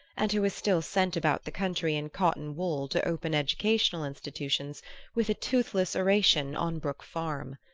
and who was still sent about the country in cotton-wool to open educational institutions with a toothless oration on brook farm.